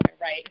right